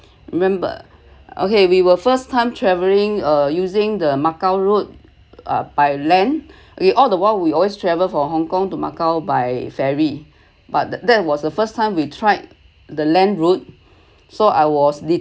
remember okay we were first time traveling uh using the macau route uh by land we all the while we always travel for hong kong to macau by ferry but that was the first time we tried the land route so I was